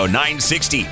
960